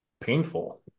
painful